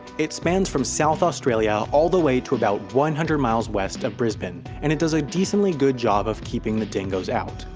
it spans from south australia all the way to about one hundred miles west of brisbane, and it does a decently good job of keeping the dingoes out.